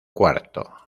cuarto